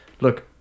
Look